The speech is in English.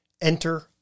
Enter